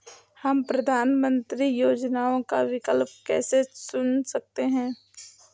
हम प्रधानमंत्री योजनाओं का विकल्प कैसे चुन सकते हैं?